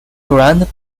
grand